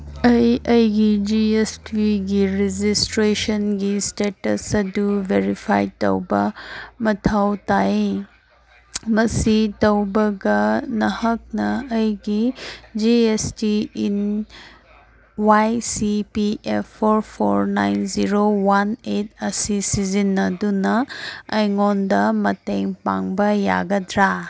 ꯑꯩ ꯑꯩꯒꯤ G S ꯇꯤꯒꯤ ꯔꯦꯖꯤꯁꯇ꯭ꯔꯦꯁꯟꯒꯤ ꯏꯁꯇꯦꯇꯁ ꯑꯗꯨ ꯚꯦꯔꯤꯐꯥꯏ ꯇꯧꯕ ꯃꯊꯧ ꯇꯥꯏ ꯃꯁꯤ ꯇꯧꯕꯒ ꯅꯍꯥꯛꯅ ꯑꯩꯒꯤ G S T IN Y C P F four four nine zero one eight ꯑꯁꯤ ꯁꯤꯖꯤꯟꯅꯗꯨꯅ ꯑꯩꯉꯣꯟꯗ ꯃꯇꯦꯡ ꯄꯥꯡꯕ ꯌꯥꯒꯗ꯭ꯔ